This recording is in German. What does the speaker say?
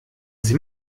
sie